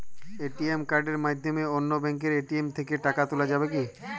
ATM কার্ডের মাধ্যমে অন্য ব্যাঙ্কের এ.টি.এম থেকে টাকা তোলা যাবে কি?